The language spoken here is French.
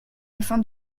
afin